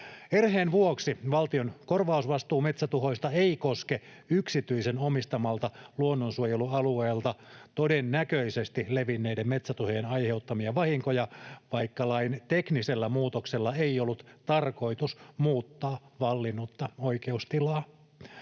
Erheen vuoksi valtion korvausvastuu metsätuhoista ei koske yksityisen omistamalta luonnonsuojelualueelta todennäköisesti levinneiden metsätuhojen aiheuttamia vahinkoja, vaikka lain teknisellä muutoksella ei ollut tarkoitus muuttaa vallinnutta oikeustilaa.